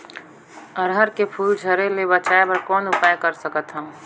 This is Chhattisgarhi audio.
अरहर के फूल झरे ले बचाय बर कौन उपाय कर सकथव?